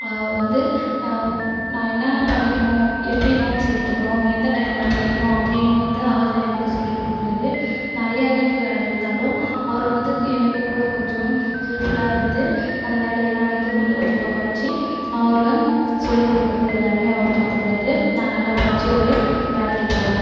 அவர் வந்து நான் என்னென்னா படிக்கணும் எப்படி நோட்ஸ் எடுத்துக்கணும் எந்த டைமில் படிக்கணும் அப்படின்னும் வந்து அவர் தான் எனக்கு சொல்லி கொடுக்குறாரு நிறைய வீட்டு வேலை இருந்தாலும் அவர் வந்து எனக்கு கூட கொஞ்சம் ஹெல்ப்ஃபுல்லாக இருந்து அந்த வேலை எல்லாம் வந்து கொஞ்சம் கொஞ்சமாக குறைச்சி அவர் சொல்லி கொடுக்குறது எல்லாமே அவர் பார்த்துக்குறாரு நான் நல்லா படித்து ஒரு வேலைக்கு போவேன்